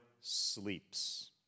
sleeps